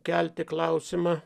kelti klausimą